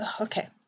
okay